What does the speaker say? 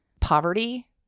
poverty